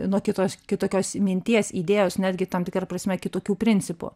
nuo kitos kitokios minties idėjos netgi tam tikra prasme kitokių principų